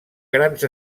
grans